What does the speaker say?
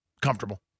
Comfortable